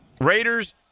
Raiders